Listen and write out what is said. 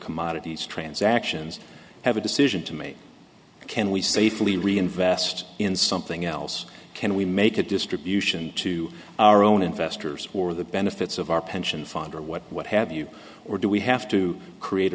commodities transactions have a decision to make can we safely reinvest in something else can we make a distribution to our own investors or the benefits of our pension fund or what have you or do we have to create